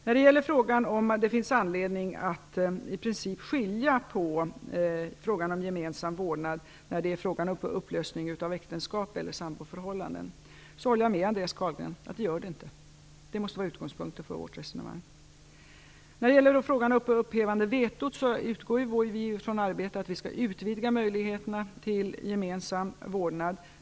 När det gäller frågan om det finns anledning att i princip göra skillnad mellan gemensam vårdnad när det handlar om upplösning av äktenskap eller upplösning av samboförhållande håller jag med Andreas Carlgren, det gör det inte. Det måste vara utgångspunkten för vårt resonemang. Beträffande frågan om upphävande av vetot utgår vi i vårt arbete från att vi skall utvidga möjligheterna till gemensam vårdnad.